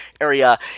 area